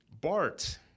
Bart